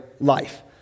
life